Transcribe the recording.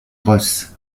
russ